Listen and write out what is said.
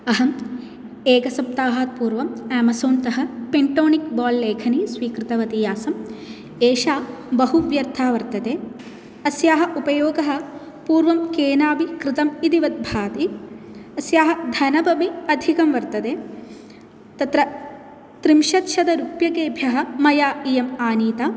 अहम् एक सप्ताहात् पूर्वम् एमेज़ोनतः पेण्टोनिक् बोल् लेखनीं स्वीकृतवती आसम् एषा बहुव्यर्था वर्तते अस्याः उपयोगः पूर्वं केनापि कृतम् इतिवद्भाति अस्याः धनमपि अधिकं वर्तते तत्र त्रिंशद् शतरूप्यकेभ्यः मया इयम् आनीता